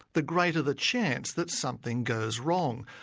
the greater the chance that something goes wrong,